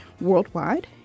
worldwide